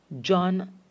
John